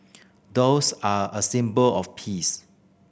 doves are a symbol of peace